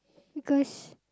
because